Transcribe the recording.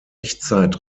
echtzeit